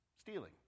stealing